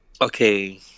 okay